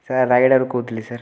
sir ରାୟଗଡ଼ାରୁ କହୁଥିଲି sir